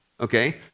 Okay